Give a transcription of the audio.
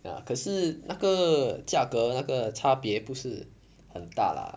ya 可是那个价格那个差别不是很大 lah